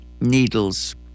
needles